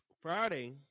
Friday